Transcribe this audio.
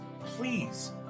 Please